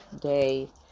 Day